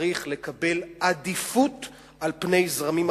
צריך לקבל עדיפות על פני זרמים אחרים.